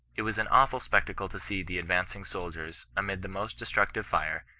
it was an awful spectacle to see the advancing soldiers, amid the most destructive fire,